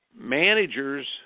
managers